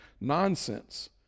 nonsense